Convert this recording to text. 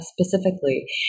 Specifically